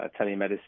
telemedicine